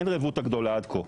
אין רבותא גדולה עד כה.